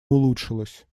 улучшилось